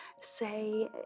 say